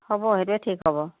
হ'ব সেইটোৱে ঠিক হ'ব